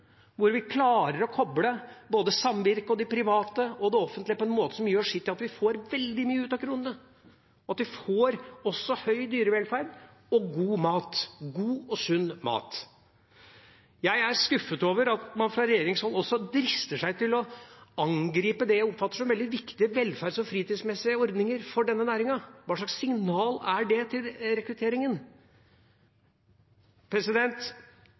hvor vi klarer å koble både samvirke og de private og det offentlige på en måte som gjør at vi får veldig mye ut av kronene, at vi også får høy dyrevelferd og god mat, god og sunn mat. Jeg er skuffet over at man fra regjeringshold også drister seg til å angripe det jeg oppfatter som veldig viktige velferds- og fritidsmessige ordninger for denne næringen. Hva slags signal er det til rekrutteringen?